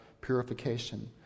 purification